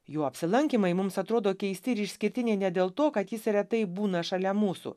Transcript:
jo apsilankymai mums atrodo keisti ir išskirtiniai ne dėl to kad jis retai būna šalia mūsų